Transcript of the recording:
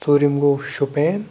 ژوٗرِم گوٚو شُپین